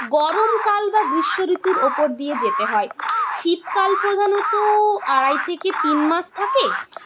গরম কাল বা গ্রীষ্ম ঋতুর ওপর দিয়ে যেতে হয় শীতকাল প্রধানত আড়াই থেকে তিন মাস থাকে